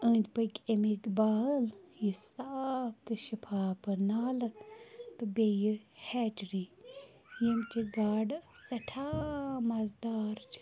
أنٛدۍ پٔکۍ اَمِکۍ بال یہِ صاف تہٕ شِفاف نالہٕ تہٕ بیٚیہِ یہِ ہیچری ییٚمۍچہِ گاڈٕ سٮ۪ٹھاہ مَزٕ دار چھِ